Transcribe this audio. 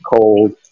cold